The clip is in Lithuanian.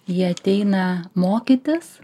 jie ateina mokytis